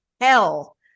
hell